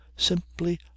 simply